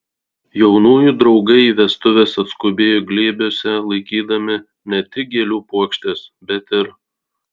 jaunųjų draugai į vestuves atskubėjo glėbiuose laikydami ne tik gėlių puokštes bet ir